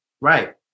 Right